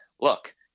look